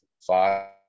five